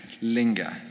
linger